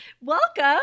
Welcome